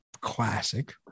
classic